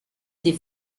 des